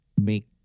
make